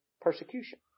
persecution